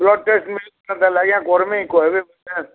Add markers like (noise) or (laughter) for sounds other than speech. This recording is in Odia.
ବ୍ଲଡ଼୍ ଟେଷ୍ଟ୍ ନାଇ (unintelligible) ଆଜ୍ଞା କର୍ମି କହେବେ ବେଲେ